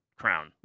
crown